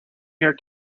your